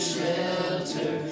Shelter